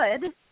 good